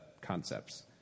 concepts